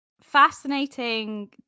fascinating